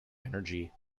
energy